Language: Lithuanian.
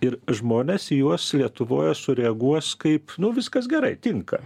ir žmonės į juos lietuvoje sureaguos kaip nu viskas gerai tinka